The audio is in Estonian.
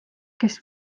kes